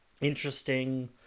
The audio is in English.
interesting